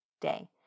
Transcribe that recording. day